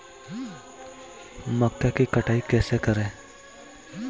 मक्का की कटाई कैसे करें?